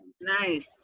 Nice